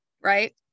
Right